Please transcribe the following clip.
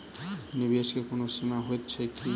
निवेश केँ कोनो सीमा होइत छैक की?